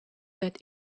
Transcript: that